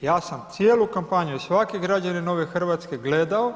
Ja sam cijelu kampanju i svaki građanin ove Hrvatske gledao